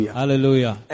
hallelujah